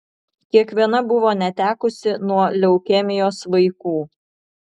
kiekviena buvo netekusi nuo leukemijos vaikų